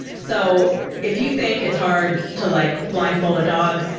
so if you think it's hard to like blindfold a dog,